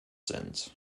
sind